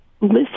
Listen